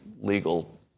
legal